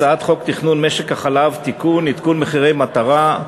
הצעת חוק תכנון משק החלב (תיקון) (עדכון מחירי המטרה),